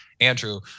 Andrew